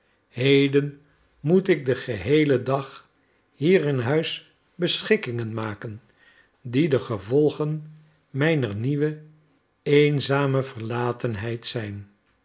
heden moet ik den geheelen dag hier in huis beschikkingen maken die de gevolgen mijner nieuwe eenzame verlatenheid zijn